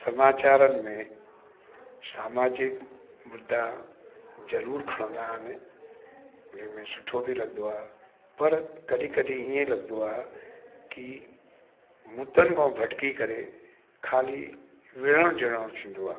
समाचारनि में समाजिक मुद्दा ज़रूरु खणंदा आहिनि उन में सुठो बि लॻंदो आहे पर कॾहिं कॾहिं ईअं लॻंदो आहे कि मुद्दनि खां भटकी करे खाली विढ़णु जिढ़णु थींदो आहे